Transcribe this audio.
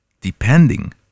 depending